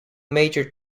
major